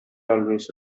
always